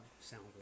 sound